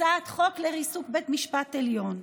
הצעת חוק לריסוק בית המשפט העליון,